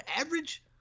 average